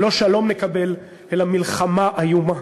לא שלום נקבל אלא מלחמה איומה.